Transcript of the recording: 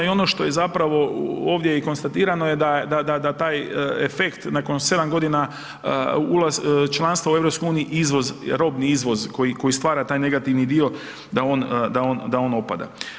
I ono što je zapravo ovdje i konstatirano da taj efekt nakon sedam godina članstva u EU izvoz, robni izvoz koji stvara taj negativni dio da on opada.